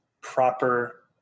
proper